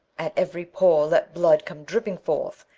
at every pore let blood come dropping forth,